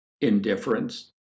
indifference